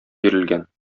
бирелгән